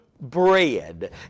bread